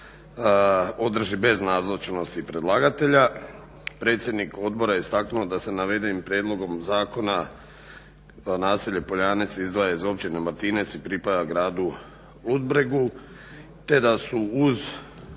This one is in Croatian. održi bez nazočnosti predlagatelja. Predsjednik odbora je istaknuo da se navedenim prijedlogom zakona naselje Poljanec izdvaja iz Općine Martijanec i pripada gradu Ludbregu,